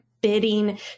Bidding